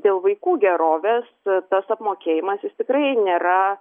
dėl vaikų gerovės tas apmokėjimas jis tikrai nėra